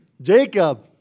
Jacob